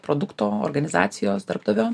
produkto organizacijos darbdavio